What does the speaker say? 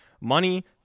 money